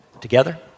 Together